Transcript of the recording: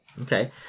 Okay